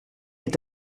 est